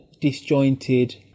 disjointed